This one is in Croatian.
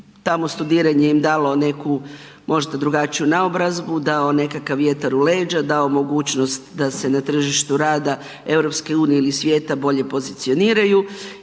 tamo studiranje im dalo neku možda drugačiju naobrazbu, dalo nekakav vjetar u leđa, dao mogućnost da se na tržištu rada EU–a ili svijeta bolje pozicioniraju